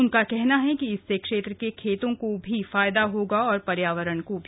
उनका कहना है कि इससे क्षेत्र के खेतों को भी फायदा होगा और पर्यवारण को भी